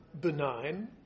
benign